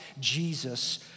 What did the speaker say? Jesus